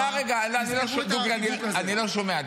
תשמע רגע, אני לא שומע.